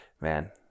Man